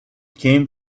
came